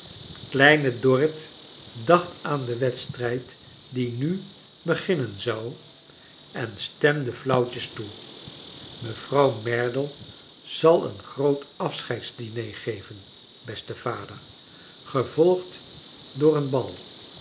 kleine dorrit dacht aan den wedstrrjd die nu beginnen zon en stemde flauwtjes toe mevrouw merdle zal een groot afscheidsdiner geven beste vader gevolgd door een bal